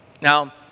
Now